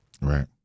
Right